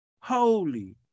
Holy